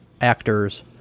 actors